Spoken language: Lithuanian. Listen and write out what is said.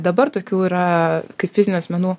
dabar tokių yra kaip fizinių asmenų